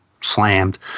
slammed